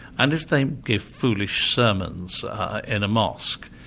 and if they give foolish sermons in a mosque,